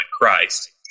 Christ